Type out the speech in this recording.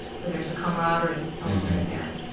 so there's a camaraderie a little bit there